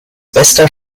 bester